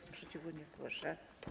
Sprzeciwu nie słyszę.